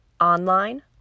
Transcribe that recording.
online